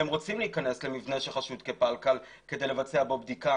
הם רוצים להיכנס למבנה שחשוד כפלקל כדי לבצע בו בדיקה